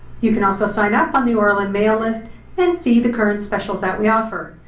you can also sign up on the oralin mail list and see the current specials that we offer.